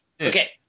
okay